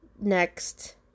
next